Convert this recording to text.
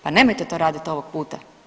Pa nemojte to raditi ovog puta.